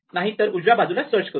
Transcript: नाही तर उजव्या बाजूला सर्च करू